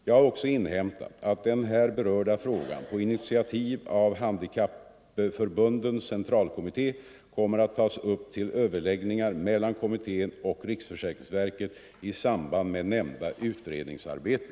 Jag har också inhämtat att den här berörda frågan på initiativ av Handikappförbundens centralkommitté kommer att tas upp till överläggning mellan kommittén och riksförsäkringsverket i samband med nämnda utredningsarbete.